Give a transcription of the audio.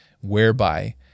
whereby